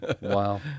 Wow